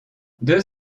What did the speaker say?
deux